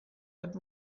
that